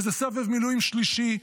וזה סבב מילואים שלישי,